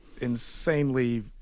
insanely